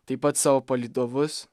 taip pat savo palydovus